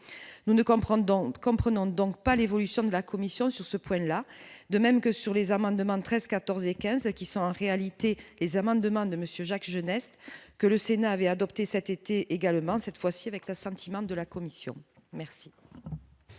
donc comprenant donc pas l'évolution de la commission sur ce point-là, de même que sur les amendements de 13 14 et 15 qui sont en réalité les amendements de Monsieur Jacques Genest, que le Sénat avait adopté cet été également, cette fois-ci, avec l'assentiment de la commission merci.